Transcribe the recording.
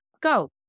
Go